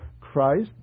Christ